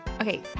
Okay